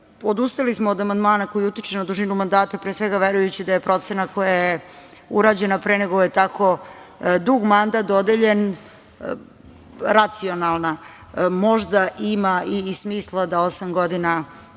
odustali smo od amandmana koji utiče na dužinu mandata, pre svega verujući da je procena koja je urađena pre nego što je tako dug mandat dodeljen racionalna. Možda ima i smisla da osam godina